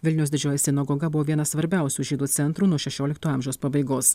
vilniaus didžioji sinagoga buvo vienas svarbiausių žydų centrų nuo šešiolikto amžiaus pabaigos